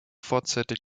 vorzeitig